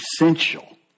essential